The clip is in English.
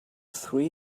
three